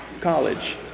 college